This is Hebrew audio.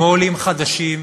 כמו עולים חדשים,